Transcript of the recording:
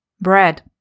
Bread